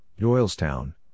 Doylestown